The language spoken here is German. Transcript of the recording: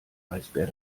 eisbär